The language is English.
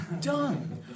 done